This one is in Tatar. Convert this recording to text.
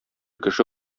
кеше